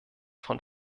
von